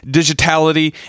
digitality